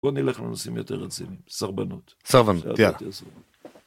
בוא נלך לנושאים יותר רציניים, סרבנות. סרבנות, יאללה.